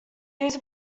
these